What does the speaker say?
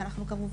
תודה רבה.